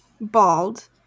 bald